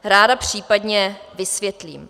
Ráda případně vysvětlím.